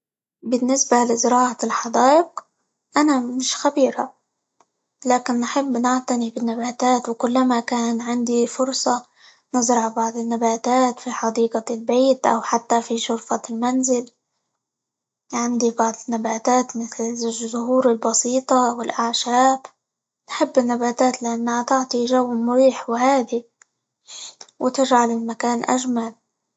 بالنسبة لزراعة الحدائق أنا مش خبيرة، لكن نحب نعتني بالنباتات، وكلما كان عندي فرصة نزرع بعض النباتات في حديقة البيت، أو حتى في شرفة المنزل، عندي بعض النباتات مثل -الز- الزهور البسيطة، والأعشاب، نحب النباتات؛ لأنها تعطي جو مريح، وهادي، وتجعل المكان أجمل.